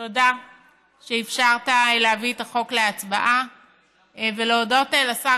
ואני מברכת אותך על ההצעה,